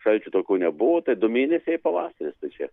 šalčių tokių nebuvo tai du mėnesiai ir pavasaris tai čia